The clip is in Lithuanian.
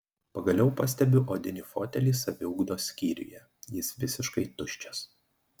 pagaliau pastebiu odinį fotelį saviugdos skyriuje jis visiškai tuščias